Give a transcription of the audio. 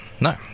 no